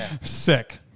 Sick